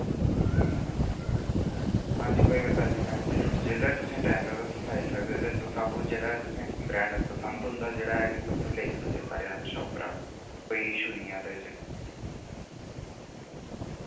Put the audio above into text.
हांजी कोई गल्ल नि मैडम जी तुस जेल्लै तुसें टैम लगदा तुस आई सकदे ते तुस आप्पू जेह्ड़ा तुसें ब्रैंड पसंद औंदा जेह्ड़ा ऐ कि तुस लेई सकदे साढ़े शाप उप्परा कोई इशू नि ऐ उ'दे च